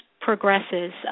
progresses